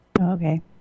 Okay